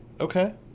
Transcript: Okay